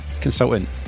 consultant